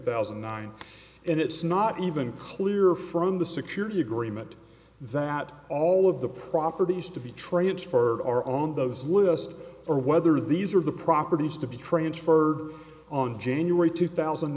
nine and it's not even clear from the security agreement that all of the properties to be transferred are on those this list or whether these are the properties to be transferred on january two thousand